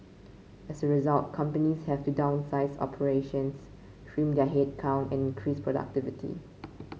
as a result companies have to downsize operations trim their headcount and increase productivity